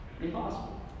Impossible